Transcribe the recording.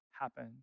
happen